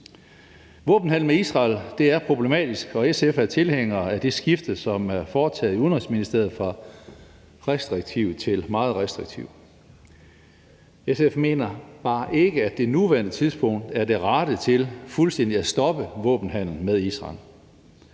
Våbenhandel med Israel er problematisk, og SF er tilhænger af det skifte, som er foretaget i Udenrigsministeriet fra restriktiv til meget restriktiv. SF mener bare ikke, at det nuværende tidspunkt er det rette til fuldstændig at stoppe våbenhandel med Israel.